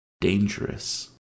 dangerous